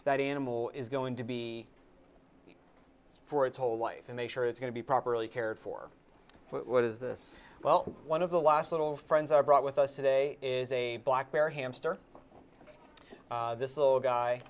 that animal is going to be for its whole life and make sure it's going to be properly cared for what is this well one of the last little friends are brought with us today is a black bear hamster this little guy